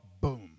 boom